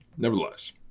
Nevertheless